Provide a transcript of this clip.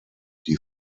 die